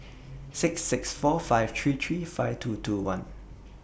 six six four five three three five two two one